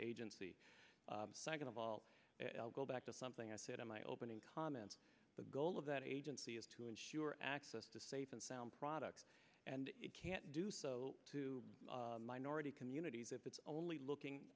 agency second of all l go back to something i said in my opening comments the goal of that agency is to ensure access to safe and sound products and it can't do so to minority communities if it's only looking